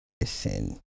listen